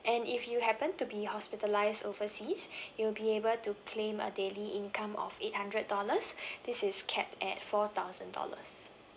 and if you happen to be hospitalised overseas you'll be able to claim a daily income of eight hundred dollars this is capped at four thousand dollars